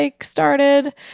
started